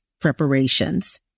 preparations